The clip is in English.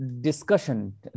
discussion